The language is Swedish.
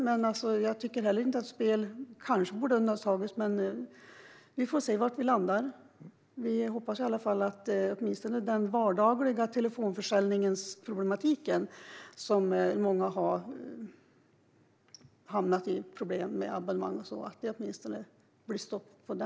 Jag tycker kanske heller inte att spel borde ha undantagits. Men vi får se var vi landar. Vi hoppas i alla fall att det blir stopp på åtminstone den vardagliga telefonförsäljningsproblematiken. Det är ju många som har hamnat i problem med abonnemang och så vidare.